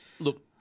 Look